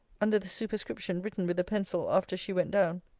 under the superscription, written with a pencil, after she went down.